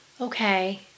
okay